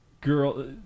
girl